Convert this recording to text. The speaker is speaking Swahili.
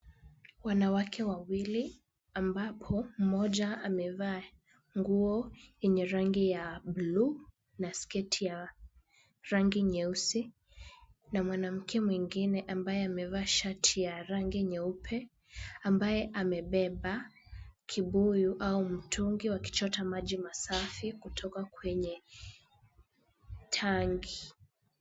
Wanawake wawili ambapo mmoja amevaa nguo yenye rangi ya buluu na sketi ya rangi nyeusi, na mwanamke mwingine ambaye amevaa shati ya rangi nyeupe ambaye amebeba kibuyu au mtungi wakichota maji masafi kutoka kwenye tanki.